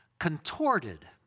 contorted